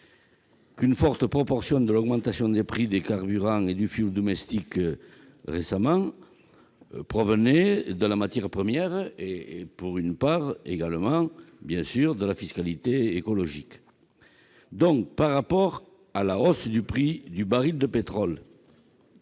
qu'une forte proportion de l'augmentation récente des prix des carburants et du fioul domestique provenait de la matière première et, pour une part, de la fiscalité écologique. Par rapport à la hausse du prix du baril de pétrole,